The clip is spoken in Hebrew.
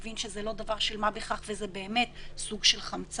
מבין שזה לא דבר של מה בכך וזה באמת סוג של חמצן.